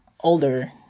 older